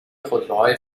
خودروهای